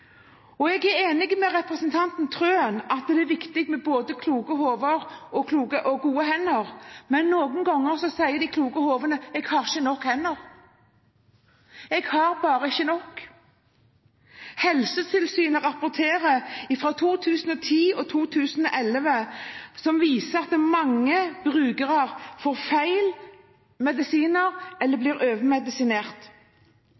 Jeg er enig med representanten Wilhelmsen Trøen i at det er viktig med både kloke hoder og gode hender, men noen ganger sier de kloke hodene: Jeg har ikke nok hender, jeg har bare ikke nok. Helsetilsynets rapporter fra 2010 og 2011 viser at mange brukere får feil medisiner eller blir overmedisinert.